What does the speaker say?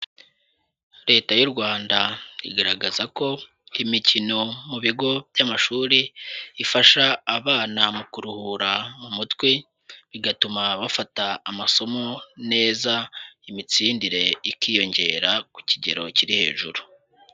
Leta y'u Rwanda igaragaza ko imikino mu bigo by'amashuri, ifasha abana mu kuruhura mu mutwe bigatuma bafata amasomo neza, imitsindire ikiyongera ku kigero kiri hejuru.